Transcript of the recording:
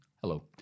Hello